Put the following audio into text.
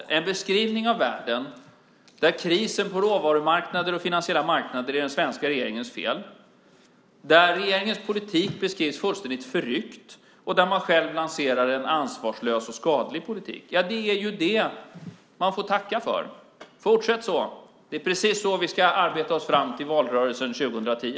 De ger en beskrivning av världen där krisen på råvarumarknader och finansiella marknader är den svenska regeringens fel, där regeringens politik beskrivs fullständigt förryckt och där man själva lanserar en ansvarslös och skadlig politik. Man får tacka. Fortsätt så! Det precis så vi ska arbeta oss fram till valrörelsen 2010.